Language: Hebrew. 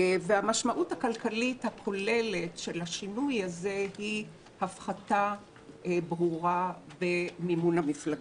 המשמעות הכלכלית הכוללת של השינוי הזה היא הפחתה ברורה במימון המפלגות,